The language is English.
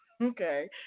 Okay